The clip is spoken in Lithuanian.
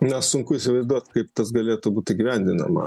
na sunku įsivaizduot kaip tas galėtų būt įgyvendinama